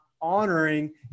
honoring